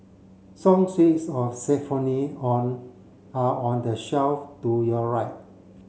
song sheets of on are on the shelf to your right